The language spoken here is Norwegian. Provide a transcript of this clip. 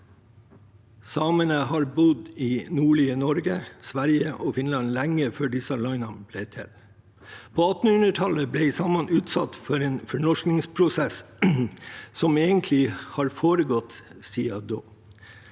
Samene har bodd i nordlige Norge, Sverige og Finland lenge før disse landene ble til. På 1800-tallet ble samene utsatt for en fornorskningsprosess som egentlig har foregått siden da.